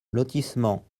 lotissement